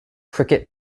cricket